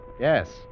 Yes